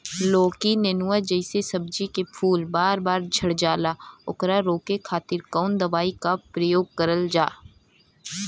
लौकी नेनुआ जैसे सब्जी के फूल बार बार झड़जाला ओकरा रोके खातीर कवन दवाई के प्रयोग करल जा?